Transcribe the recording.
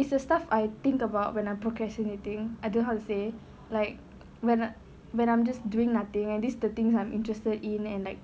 it's the stuff I think about when I'm procrastinating I don't know how to say like when I'm when I'm just doing nothing and this is the thing I'm interested in and like